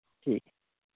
ठीक ऐ